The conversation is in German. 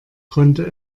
konnte